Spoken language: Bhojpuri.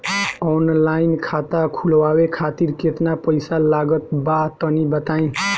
ऑनलाइन खाता खूलवावे खातिर केतना पईसा लागत बा तनि बताईं?